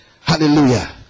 Hallelujah